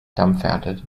dumbfounded